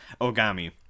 Ogami